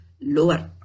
lower